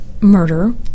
Murder